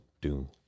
Doom